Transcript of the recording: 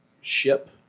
ship